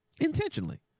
Intentionally